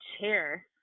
chair